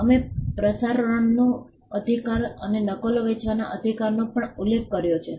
અમે પ્રસારણનો અધિકાર અને નકલો વેચવાના અધિકારનો પણ ઉલ્લેખ કર્યો છે